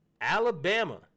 Alabama